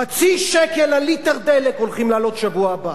חצי שקל על ליטר דלק הולכים להעלות בשבוע הבא,